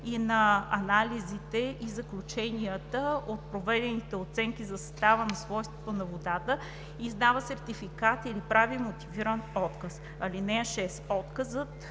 и на анализите и заключенията от проведените оценки за състава и свойствата на водата, издава сертификат или прави мотивиран отказ. (6) Отказът